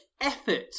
effort